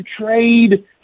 trade